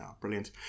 Brilliant